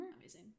Amazing